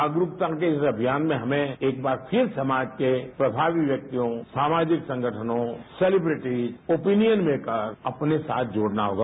जागरूकता के इस अभियान में हमें एक बार फिर समाज के प्रभावी व्यक्तियों सामाजिक संगठनों सेलिब्रिटी ओपिनियन मेकर अपने साथ जोड़ना होगा